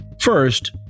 First